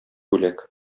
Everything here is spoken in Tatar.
бүләк